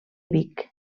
vic